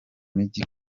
mijyi